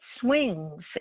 swings